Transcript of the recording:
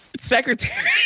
secretary